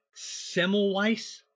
Semmelweis